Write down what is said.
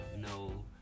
no